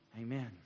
Amen